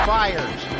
fires